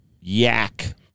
yak